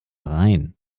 rein